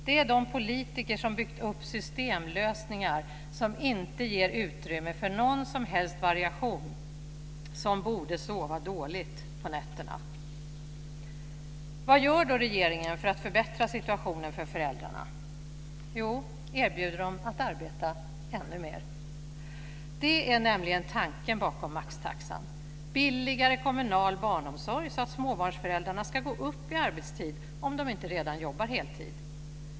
Det är de politiker som byggt upp systemlösningar som inte ger utrymme för någon som helst variation som borde sova dåligt på nätterna. Vad gör då regeringen för att förbättra situationen för föräldrarna? Jo, erbjuder dem att arbeta ännu mer. Det är nämligen tanken bakom maxtaxan. Billigare kommunal barnomsorg så att småbarnsföräldrarna ska gå upp i arbetstid om de inte redan jobbar heltid.